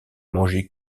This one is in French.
mangée